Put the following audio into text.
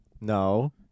No